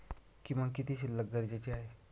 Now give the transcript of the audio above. किमान किती शिल्लक गरजेची आहे?